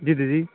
जी दीदी